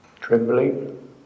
trembling